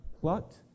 plucked